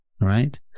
right